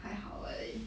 还好而已